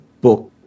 book